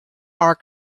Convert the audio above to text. are